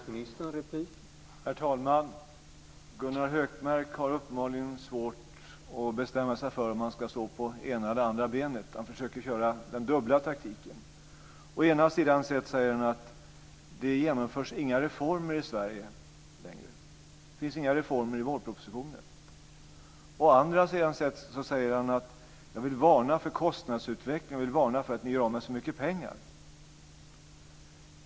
Herr talman! Gunnar Hökmark har uppenbarligen svårt att bestämma sig för om han ska stå på det ena eller det andra benet. Han försöker köra den dubbla taktiken. Å ena sidan säger han att det inte längre genomförs några reformer i Sverige. Det finns inga reformer i vårpropositionen. Å andra sidan säger han: Jag vill varna för kostnadsutvecklingen. Jag vill varna för att ni gör av med så mycket pengar.